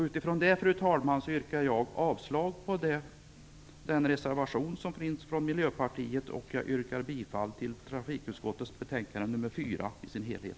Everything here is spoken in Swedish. Utifrån det, fru talman, yrkar jag avslag på Miljöpartiets reservation och bifall till trafikutskottets betänkande nr 4 i sin helhet.